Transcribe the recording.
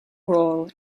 role